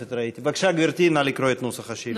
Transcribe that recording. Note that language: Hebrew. בבקשה, גברתי, נא לקרוא את נוסח השאילתה.